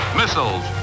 missiles